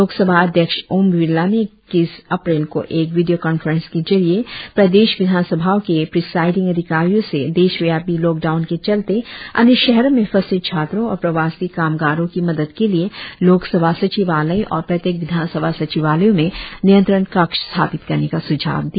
लोक सभा अध्यक्ष ओम विरला ने इक्कीस अप्रैल को एक विडियो कांफ्रेंस के जरिए प्रदेश विधान सभाओ के प्रिसाईडिंग अधिकारियों से देशव्यापी लॉकडाउन के चलते अन्य शहरों में फंसे छात्रो और प्रवासी कामगारों कि मदद के लिए लोकसभा सचिवालय और प्रत्येक विधानसभा सचिवालयों में नियंत्रण कक्ष स्थापित करने का सुझाव दिया